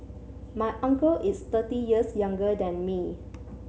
my uncle is thirty years younger than me